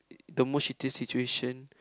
the most shitty situation